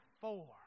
four